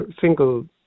single